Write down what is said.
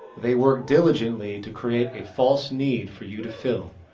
they work diligently to create a false need for you to fill.